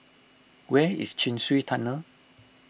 where is Chin Swee Tunnel